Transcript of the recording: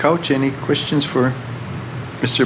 coach any questions for